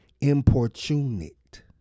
importunate